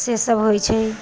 से सब होय छै